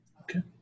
Okay